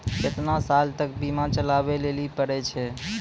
केतना साल तक बीमा चलाबै लेली पड़ै छै?